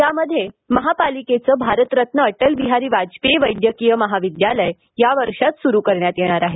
यामध्ये महापालिकेचं भारतरत्न अटल बिहारी वाजपेयी वैद्यकीय महाविद्यालय या वर्षात सुरू करण्यात येणार आहे